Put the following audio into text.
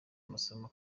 masomo